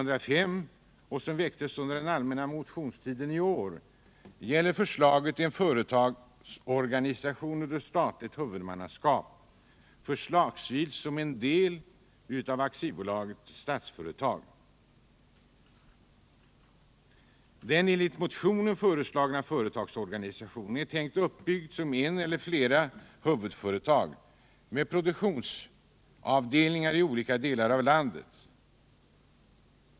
Den enligt motionen föreslagna företagsorganisationen är tänkt att byggas upp som ett eller flera huvudföretag, med produktionsavdelningar i olika delar av landet.